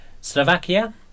Slovakia